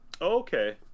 okay